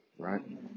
Right